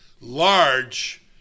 large